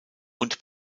und